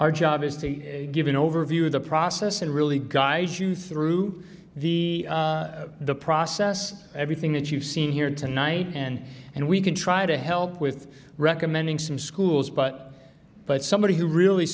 our job is to give an overview of the process and really guys you through the the process everything that you've seen here tonight and and we can try to help with recommending some schools but but somebody who really